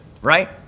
right